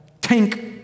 tank